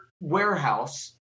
warehouse